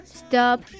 stop